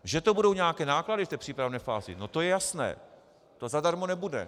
Že to budou nějaké náklady v té přípravné fázi, to je jasné, to zadarmo nebude.